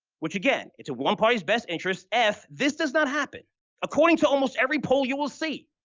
which again, it's a one party's best interest if this does not happen according to almost every poll you will see.